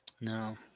No